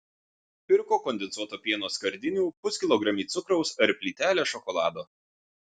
pirko kondensuoto pieno skardinių puskilogramį cukraus ar plytelę šokolado